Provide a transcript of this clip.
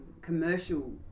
commercial